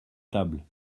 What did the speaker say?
table